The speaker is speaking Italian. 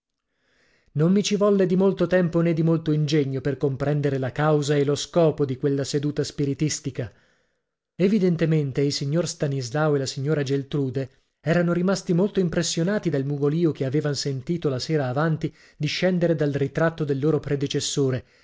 non mi ci volle dimolto tempo né dimolto ingegno per comprendere la causa e lo scopo di quella seduta spiritistica evidentemente il signor stanislao e la signora geltrude erano rimasti molto impressionati dal mugolìo che avevan sentito la sera avanti discendere dal ritratto del loro predecessore